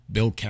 Bill